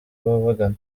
ababagana